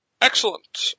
Excellent